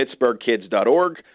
PittsburghKids.org